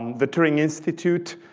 the turing institute,